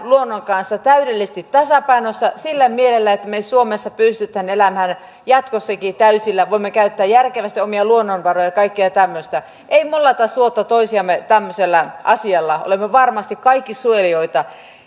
luonnon kanssa täydellisesti tasapainossa sillä mielellä että me suomessa pystymme elämään jatkossakin täysillä voimme käyttää järkevästi omia luonnonvaroja ja kaikkea tämmöistä ei mollata suotta toisiamme tämmöisellä asialla olemme varmasti kaikki suojelijoita